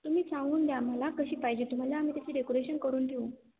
तुम्ही सांगून द्या आम्हाला कशी पाहिजे तुम्हाला आम्ही तशी डेकोरेशन करून ठेऊ